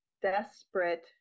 Desperate